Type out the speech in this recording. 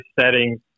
settings –